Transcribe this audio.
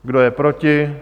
Kdo je proti?